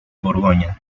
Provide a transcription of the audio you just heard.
borgoña